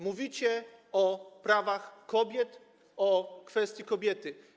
Mówicie o prawach kobiet, o kwestii kobiety.